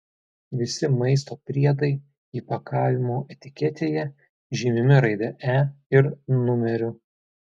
visi maisto priedai įpakavimo etiketėje žymimi raide e ir numeriu